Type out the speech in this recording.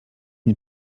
nie